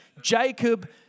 Jacob